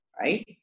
right